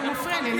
הוא מפריע לי.